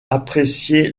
apprécié